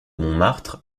montmartre